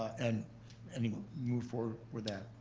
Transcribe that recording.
and i mean move forward with that.